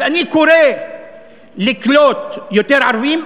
אז אני קורא לקלוט יותר ערבים,